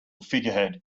figurehead